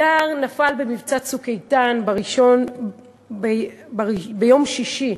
הדר נפל במבצע "צוק איתן" ביום שישי,